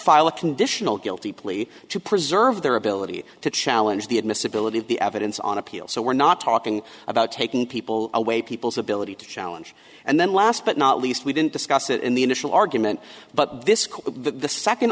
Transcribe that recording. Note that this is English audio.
file a conditional guilty plea to preserve their ability to challenge the admissibility of the evidence on appeal so we're not talking about taking people away people's ability to challenge and then last but not least we didn't discuss it in the initial argument but this the second